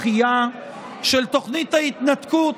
דחייה של תוכנית ההתנתקות